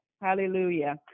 hallelujah